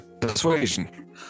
persuasion